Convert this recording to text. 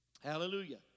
Hallelujah